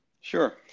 Sure